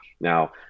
Now